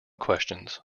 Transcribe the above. questions